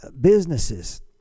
businesses